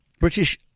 British